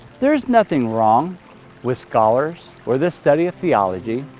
there is nothing wrong with scholars or the study of theology,